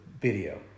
video